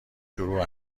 شروع